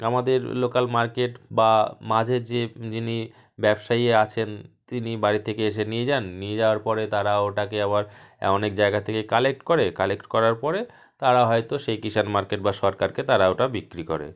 আমাদের local market বা মাঝে যে যিনি ব্যবসায়ী আছেন তিনি বাড়ি থেকে এসে নিয়ে যান নিয়ে যাওয়ার পরে তারা ওটাকে আবার অনেক জায়গা থেকে কালেক্ট করে কালেক্ট করার পরে তারা হয়তো সেই কিষাণ মার্কেট বা সরকারকে তারা ওটা বিক্রি করে